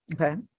Okay